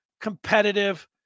competitive